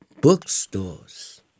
bookstores